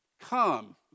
Come